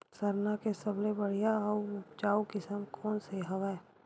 सरना के सबले बढ़िया आऊ उपजाऊ किसम कोन से हवय?